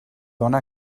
dóna